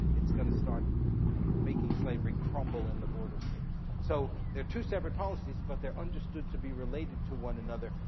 it's gonna start making slavery crumble in the border states. so, there are two separate policies, but they're understood to be related to one another,